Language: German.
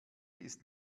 ist